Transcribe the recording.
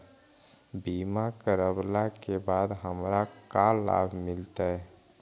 बीमा करवला के बाद हमरा का लाभ मिलतै?